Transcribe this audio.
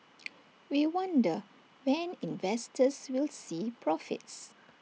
we wonder when investors will see profits